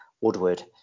Woodward